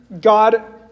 God